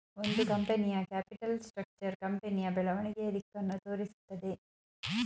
ಒಂದು ಕಂಪನಿಯ capital structure ಕಂಪನಿಯ ಬೆಳವಣಿಗೆಯ ದಿಕ್ಕನ್ನು ತೋರಿಸುತ್ತದೆ